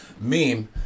meme